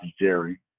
Jerry